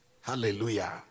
Hallelujah